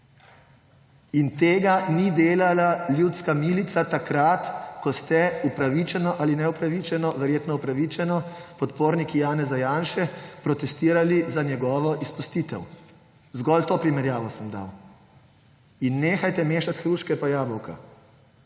Tega ni delala ljudska milica takrat, ko ste upravičeno ali neupravičeno, verjetno upravičeno, podporniki Janeza Janše protestirali za njegovo izpustitev. Zgolj to primerjavo sem dal. In nehajte mešati hruške pa jabolka.